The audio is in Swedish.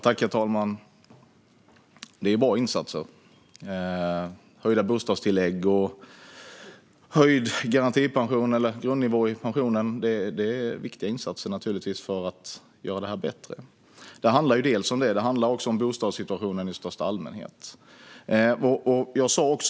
Herr talman! Det är bra insatser. Höjda bostadstillägg och höjd grundnivå i pensionen är viktiga insatser för att göra det bättre. Det handlar delvis om det. Det handlar också om bostadssituationen i största allmänhet.